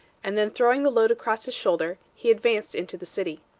and then throwing the load across his shoulder, he advanced into the city.